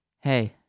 hey